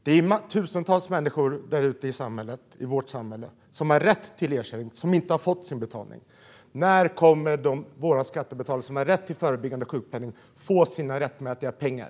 Det är tusentals människor där ute i samhället - i vårt samhälle - som har rätt till ersättning men inte har fått den utbetald. När kommer våra skattebetalare som har rätt till förebyggande sjukpenning att få sina rättmätiga pengar?